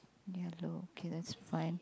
yellow okay that's fine